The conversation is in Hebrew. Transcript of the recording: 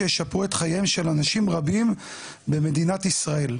שישפרו את חייהם של אנשים רבים במדינת ישראל,